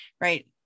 right